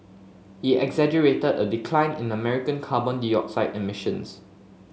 he exaggerated a decline in American carbon dioxide emissions